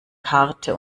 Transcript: karte